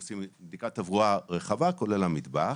עושים בדיקת תברואה רחבה כולל המטבח,